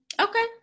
Okay